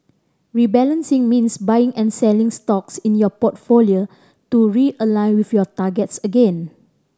rebalancing means buying and selling stocks in your portfolio to realign with your targets again